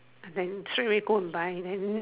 then straightaway go and buy then